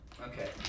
Okay